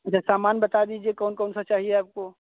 अच्छा सामान बता दीजिए कौन कौन सा चाहिए आपको